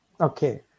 Okay